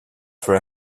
for